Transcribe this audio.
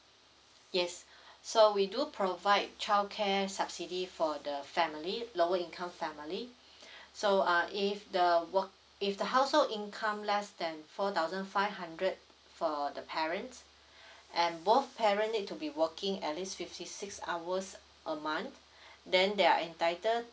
yes so we do provide childcare subsidy for the family lower income family so uh if the work if the household income less than four thousand five hundred for the parents and both parent need to be working at least fifty six hours a month then they are entitled